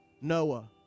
Noah